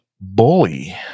bully